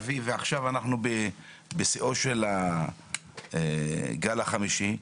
הרביעי ועכשיו אנחנו בשיאו של הגל החמישי,